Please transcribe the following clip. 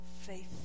faith